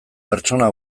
pertsona